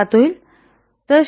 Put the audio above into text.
07 होईल